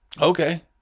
Okay